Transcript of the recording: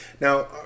Now